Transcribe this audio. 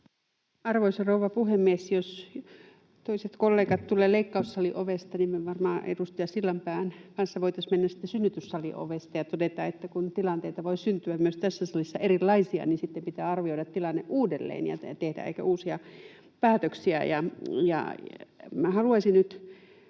Arvoisa rouva puhemies! Jos toiset kollegat tulevat leikkaussalin ovesta, niin me varmaan edustaja Sillanpään kanssa voitaisiin mennä sitten synnytyssalin ovesta ja todeta, että kun tilanteita voi syntyä myös tässä salissa erilaisia, niin sitten pitää arvioida tilanne uudelleen ja tehdä ehkä uusia päätöksiä.